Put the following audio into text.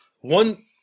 One